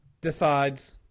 decides